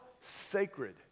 sacred